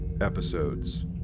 episodes